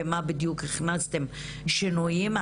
ומה בדיוק הכנסתם שינויים.